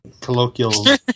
colloquial